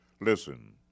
Listen